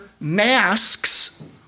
masks